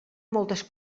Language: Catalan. moltes